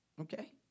Okay